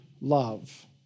love